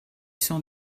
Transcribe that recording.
cent